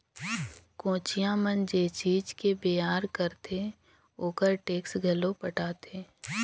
कोचिया मन जे चीज के बेयार करथे ओखर टेक्स घलो पटाथे